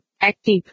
Active